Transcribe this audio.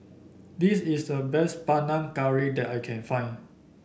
this is the best Panang Curry that I can find